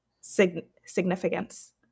significance